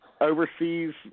overseas